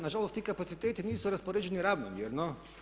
Na žalost ti kapaciteti nisu raspoređeni ravnomjerno.